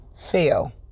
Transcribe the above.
fail